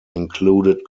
included